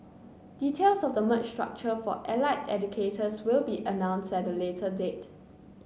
details of the merged structure for allied educators will be announced at a later date